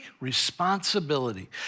responsibility